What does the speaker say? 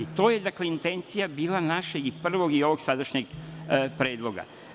To je, dakle, intencija bila našeg i prvog i ovog sadašnjeg predloga.